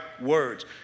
words